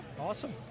Awesome